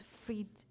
freed